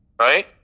right